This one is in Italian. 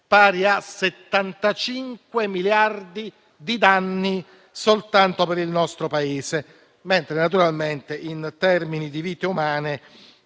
pari a 75 miliardi di danni soltanto per il nostro Paese, mentre naturalmente in termini di vite umane